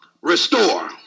Restore